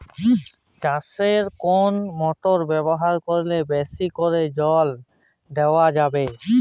চাষে কোন মোটর ব্যবহার করলে বেশী করে জল দেওয়া যাবে?